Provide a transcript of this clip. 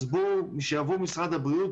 שיבוא משרד הבריאות,